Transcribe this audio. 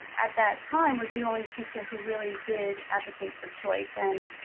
at that time, was the only teacher who really did advocate for choice, and